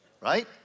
right